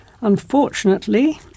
Unfortunately